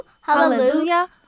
Hallelujah